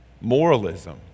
Moralism